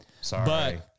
sorry